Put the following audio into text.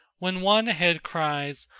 when one ahead cries,